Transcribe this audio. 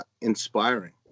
inspiring